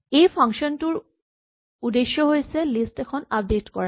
এই ফাংচন টোৰ উদ্দেশ্য হৈছে লিষ্ট এখন আপডেট কৰা